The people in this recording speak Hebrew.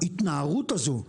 שההתנערות הזו,